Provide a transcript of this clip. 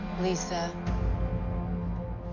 Lisa